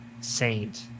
Saint